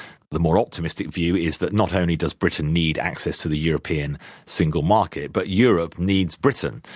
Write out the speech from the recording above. the more optimistic view is that not only does britain need access to the european single market, but europe needs britain.